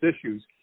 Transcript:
issues